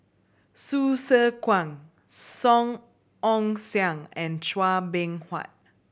Hsu Tse Kwang Song Ong Siang and Chua Beng Huat